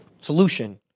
solution